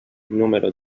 número